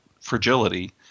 fragility